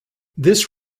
this